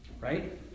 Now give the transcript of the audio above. Right